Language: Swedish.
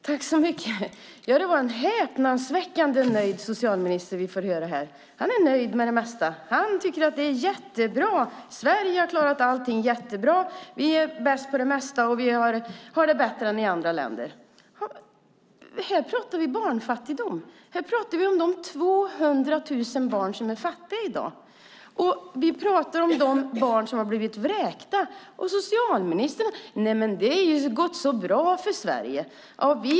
Fru talman! Det är en häpnadsväckande nöjd socialminister vi får höra här. Han är nöjd med det mesta. Han tycker att det är jättebra. Sverige har klarat allting jättebra! Vi är bäst för det mesta, och vi har det bättre än andra länder. Här pratar vi om barnfattigdom. Här pratar vi om de 200 000 barn som är fattiga i dag, och vi pratar om de barn som har blivit vräkta. Och socialministern säger: Nej, men det har gått så bra för Sverige!